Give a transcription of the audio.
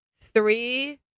three